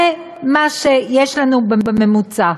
זה מה שיש לנו בממוצע.